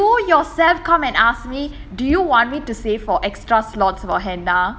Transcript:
you yourself come and ask me do you want me to spray for extra slots for henna